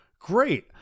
great